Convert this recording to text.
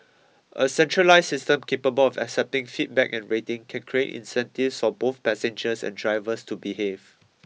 a centralised system capable of accepting feedback and rating can create incentives for both passengers and drivers to behave